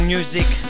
Music